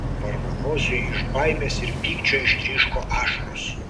varvanosiui iš baimės ir pykčio ištryško ašaros